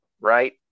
right